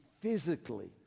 physically